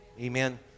Amen